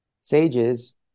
sages